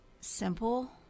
simple